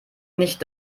nicht